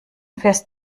fährst